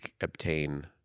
obtain